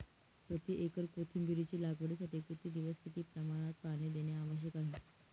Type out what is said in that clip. प्रति एकर कोथिंबिरीच्या लागवडीसाठी किती दिवस किती प्रमाणात पाणी देणे आवश्यक आहे?